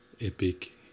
epic